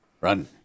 run